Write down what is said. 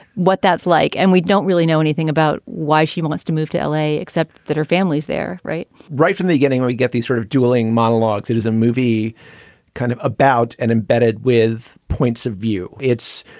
what that's like and we don't really know anything about why she wants to move to l a. except that her family's there, right, right from the beginning where you get these sort of dueling monologues it is a movie kind of about an embedded with points of view. it's,